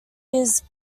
his